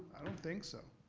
i don't think so.